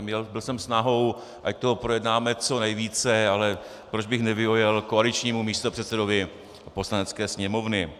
Měl jsem snahu, ať toho projednáme co nejvíce, ale proč bych nevyhověl koaličnímu místopředsedovi Poslanecké sněmovny.